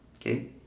Okay